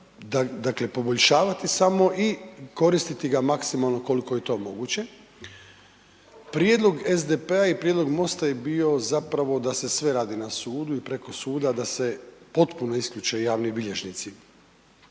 dakle poboljšavati samo i koristiti ga maksimalno koliko je to moguće. Prijedlog SDP-a i prijedlog Mosta je bio zapravo da se sve radi na sudu i preko suda, da se potpuno isključe javni bilježnici.